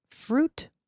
Fruit